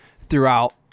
throughout